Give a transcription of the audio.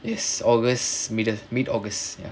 yes august middle mid august ya